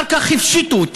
אחר כך הפשיטו אותי,